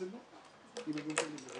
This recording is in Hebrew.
הישיבה ננעלה